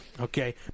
okay